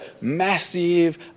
massive